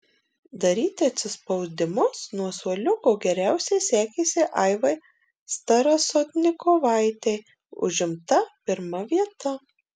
daryti atsispaudimus nuo suoliuko geriausiai sekėsi aivai starasotnikovaitei užimta pirma vieta